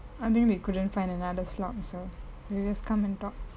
I think they couldn't find another slot so so they just come and talk